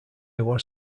was